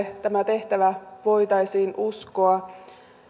tämä tehtävä voitaisiin uskoa